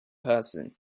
person